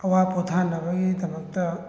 ꯑꯋꯥ ꯄꯣꯊꯥꯅꯕꯒꯤꯗꯃꯛꯇ